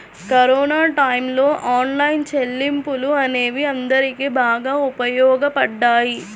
corona టైయ్యంలో online చెల్లింపులు అనేవి అందరికీ బాగా ఉపయోగపడ్డాయి